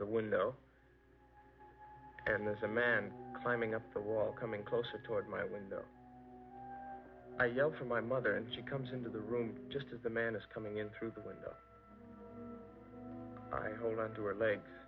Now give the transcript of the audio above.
the window and there's a man climbing up the wall coming closer toward my window i yell for my mother and she comes into the room just as the man is coming in through the i hold on to her legs